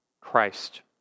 Christ